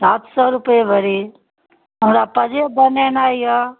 सात सए रुपैए भरी हमरा पाँजेब बनेनाइ यए